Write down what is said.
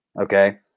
okay